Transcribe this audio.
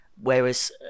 Whereas